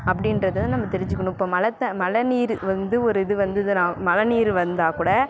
அப்படின்றத நம்ப தெரிஞ்சுக்கணும் இப்போ மழை த மழை நீர் வந்து ஒரு இது வந்துதுன்னால் மழை நீர் வந்தால் கூட